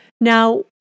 Now